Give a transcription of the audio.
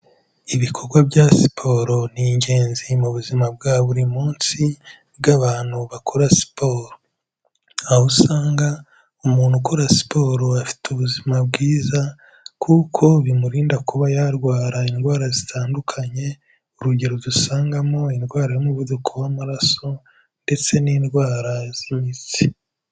Ibikorwa bya siporo ni ingenzi mu buzima bwa buri munsi bw'abantu bakora siporo, aho usanga umuntu ukora siporo afite ubuzima bwiza kuko bimurinda kuba yarwara indwara zitandukanye, urugero dusangamo indwara y'umuvuduko w'amaraso ndetse n'indwara z'imitsi.